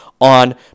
on